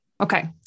okay